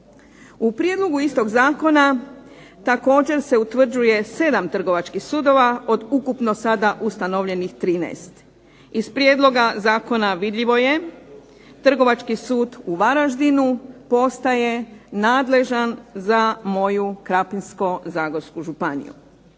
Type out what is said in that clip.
U prijedlogu istog zakona također se utvrđuje 7 trgovačkih sudova od ukupno sada ustanovljenih 13. Iz prijedloga zakona vidljivo je Trgovački sud u Varaždinu postaje nadležan za moju Krapinsko-zagorsku županiju.